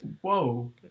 Whoa